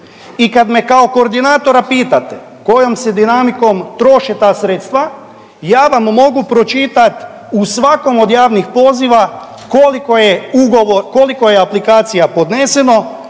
I kad me kao koordinatora pitate kojom se dinamikom troše ta sredstva ja vam mogu pročitat u svakom od javnih poziva koliko je aplikacija podneseno,